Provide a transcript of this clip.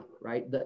right